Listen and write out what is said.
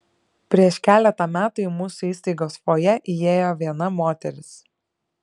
prieš keletą metų į mūsų įstaigos fojė įėjo viena moteris